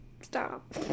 stop